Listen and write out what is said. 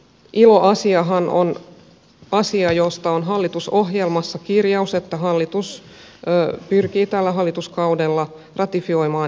ilo asiahan on asia josta on hallitusohjelmassa kirjaus että hallitus pyrkii tällä hallituskaudella ratifioimaan ilo sopimuksen